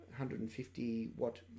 150-watt